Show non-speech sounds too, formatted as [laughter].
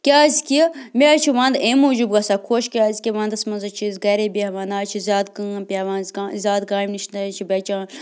کیٛازکہِ مےٚ حظ چھِ وَنٛدٕ اَمہِ موٗجوٗب گژھان خوش کیٛازکہِ وَنٛدَس منٛز حظ چھِ أسۍ گَرے بیٚہوان نَہ حظ چھِ زیادٕ کٲم پٮ۪وان [unintelligible] زیادٕ کامہِ نِش نہٕ حظ چھِ بَچان